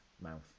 mouth